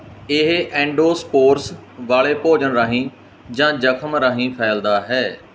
ਇਹ ਐਂਡੋਸਪੋਰਸ ਵਾਲੇ ਭੋਜਨ ਰਾਹੀਂ ਜਾਂ ਜ਼ਖ਼ਮ ਰਾਹੀਂ ਫੈਲਦਾ ਹੈ